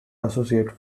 associate